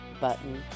button